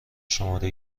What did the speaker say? شماره